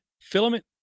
filament